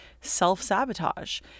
self-sabotage